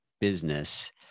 business